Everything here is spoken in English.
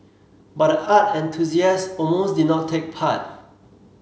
but the art enthusiast almost did not take part